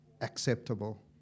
acceptable